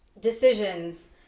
decisions